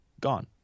Gone